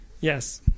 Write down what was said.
Yes